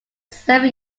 seven